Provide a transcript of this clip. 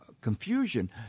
confusion